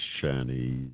Chinese